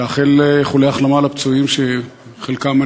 ומאחל איחולי החלמה לפצועים שחלקם,